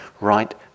right